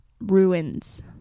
ruins